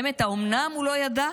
באמת, האומנם הוא לא ידע?